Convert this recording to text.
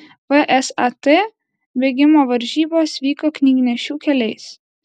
vsat bėgimo varžybos vyko knygnešių keliais